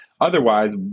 Otherwise